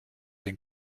den